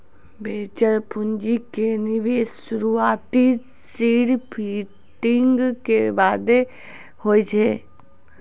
venture पूंजी के निवेश शुरुआती सीड फंडिंग के बादे होय छै